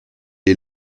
est